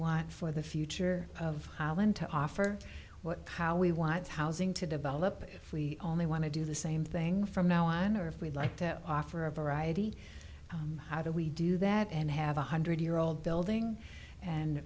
want for the future of holland to offer what how we want housing to develop if we only want to do the same thing from now on or if we'd like to offer a variety of how do we do that and have one hundred year old building and